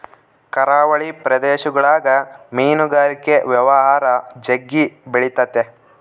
ಕರಾವಳಿ ಪ್ರದೇಶಗುಳಗ ಮೀನುಗಾರಿಕೆ ವ್ಯವಹಾರ ಜಗ್ಗಿ ಬೆಳಿತತೆ